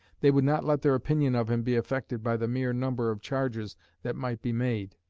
they would not let their opinion of him be affected by the mere number of charges that might be made.